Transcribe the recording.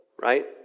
right